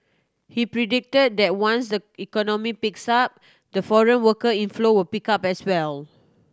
he predicted that once the economy picks up the foreign worker inflow would pick up as well